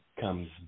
comes